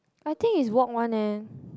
I think is walk one leh